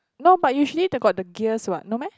no but usually they got the gears what not no meh